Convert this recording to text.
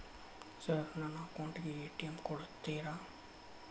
Sir ನನ್ನ account ಗೆ ATM ಕೊಡುತ್ತೇರಾ?